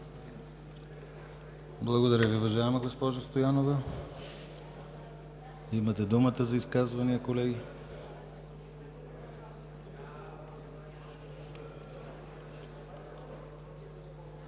Благодаря Ви, уважаема госпожо Стоянова. Имате думата за изказвания, колеги.